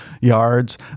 yards